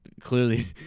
clearly